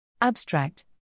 Abstract